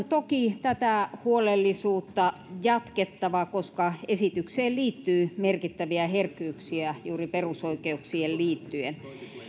toki tätä huolellisuutta on jatkettava koska esitykseen liittyy merkittäviä herkkyyksiä juuri perusoikeuksiin liittyen